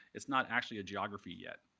it's not actually a geography yet.